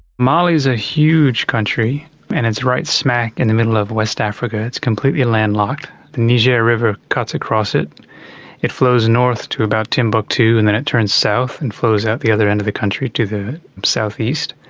mali's a huge country and it's right smack in and the middle of west africa. it's completely landlocked. the niger river cuts across it it flows north to about timbuktu and then it turns south and flows out the other end of the country to the southeast.